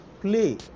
Play